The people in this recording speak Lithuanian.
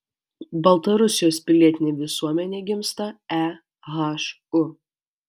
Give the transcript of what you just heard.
baltarusijos pilietinė visuomenė gimsta ehu